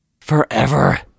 Forever